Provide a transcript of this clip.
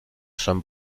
son